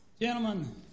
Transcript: Gentlemen